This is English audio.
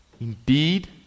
Indeed